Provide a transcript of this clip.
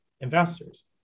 investors